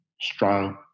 Strong